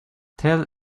tel